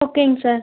ஓகேங்க சார்